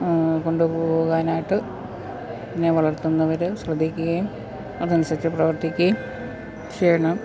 കൊണ്ടുപോകാനായിട്ട് ഇതിനെ വളർത്തുന്നവർ ശ്രദ്ധിക്കുകയും അത് അനുസരിച്ച് പ്രവർത്തിക്കുകയും ചെയ്യണം